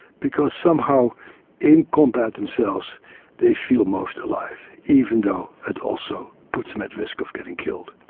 because somehow in combat themselves they feel most alive, even though it also puts them at risk of getting killed.